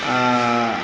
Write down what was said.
आ